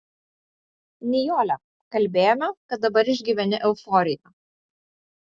nijole kalbėjome kad dabar išgyveni euforiją